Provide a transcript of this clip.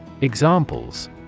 Examples